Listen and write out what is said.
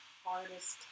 hardest